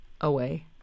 away